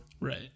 right